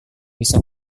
bisa